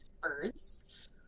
birds